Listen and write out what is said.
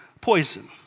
poison